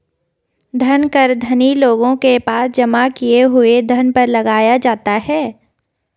धन कर धनी लोगों के पास जमा किए हुए धन पर लगाया जाता है